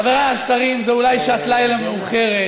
חבריי השרים, זה אולי שעת לילה מאוחרת,